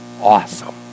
awesome